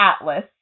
Atlas